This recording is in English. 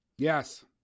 Yes